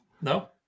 No